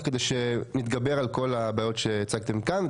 כדי שנתגבר על כל הבעיות שהצגתם כאן.